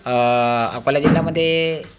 अकोला जिल्ह्यामध्ये